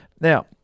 Now